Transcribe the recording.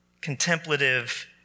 contemplative